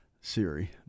Siri